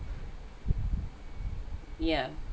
yeah